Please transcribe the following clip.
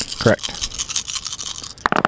Correct